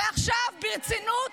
ועכשיו ברצינות